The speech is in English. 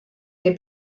they